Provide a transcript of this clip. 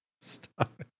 Stop